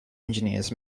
engineers